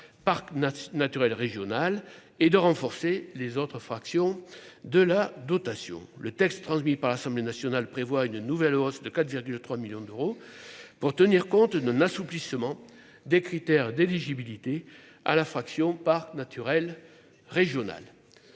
naturel régional et de renforcer les autres fractions de la dotation le texte transmis par l'Assemblée Nationale prévoit une nouvelle hausse de 4,3 millions d'euros pour tenir compte, ne n'assouplissement des critères d'éligibilité à la fraction parc naturel régional